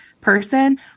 person